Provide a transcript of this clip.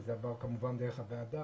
וזה עבר כמובן דרך הוועדה.